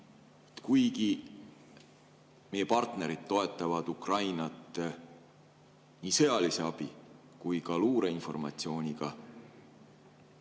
Kuigi meie partnerid toetavad Ukrainat nii sõjalise abi kui ka luureinformatsiooniga,